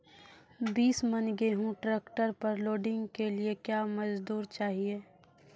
बीस मन गेहूँ ट्रैक्टर पर लोडिंग के लिए क्या मजदूर चाहिए?